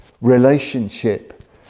relationship